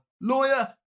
Lawyer